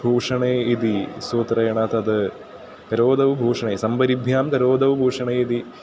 भूषणे इति सूत्रेण तद् करोतौ भूषणे सम्परिभ्यां करोतौ भूषणे इति